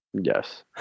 Yes